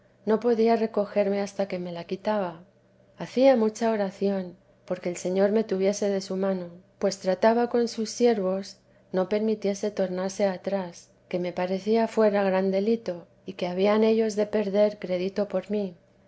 no podía recogerme hasta que me lo quitaba hacía mucha oración porque el señor me tuviese de su mano pues trataba con sus siervos no permitiese tornase atrás que me parecía fuera gran delito y que habían ellos de perder crédito por mí